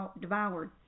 devoured